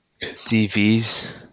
CVs